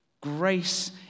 Grace